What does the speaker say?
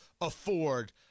afford